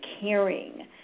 caring